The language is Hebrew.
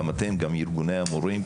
גם אתם וגם ארגוני המורים,